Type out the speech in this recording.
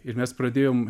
ir mes pradėjom